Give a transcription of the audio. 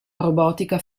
robotica